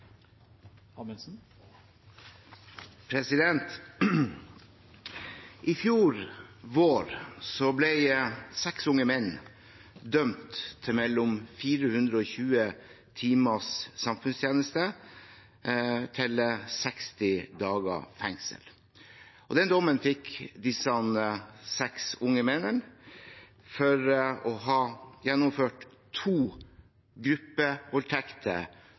I fjor vår ble seks unge menn dømt til mellom 420 timers samfunnstjeneste og 60 dagers fengsel. Den dommen fikk disse seks unge mennene for å ha gjennomført to gruppevoldtekter